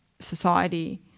society